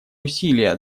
усилия